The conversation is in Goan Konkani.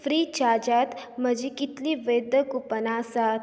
फ्रीचार्जांत म्हजी कितली वैध कूपनां आसात